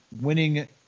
winning